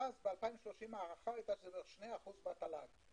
ואז ההערכה היתה שזה כ-2% מהתל"ג.